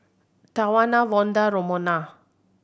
Tawana Vonda and Romona